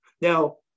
now